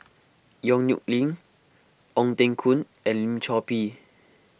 Yong Nyuk Lin Ong Teng Koon and Lim Chor Pee